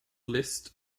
list